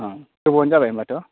अ गोबावानो जाबाय होमबाथ'